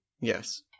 Yes